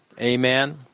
Amen